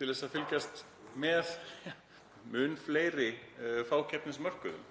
til að fylgjast með mun fleiri fákeppnismörkuðum.